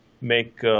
make